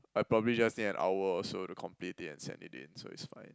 I probably just need an hour or so to complete it and send it in so it's fine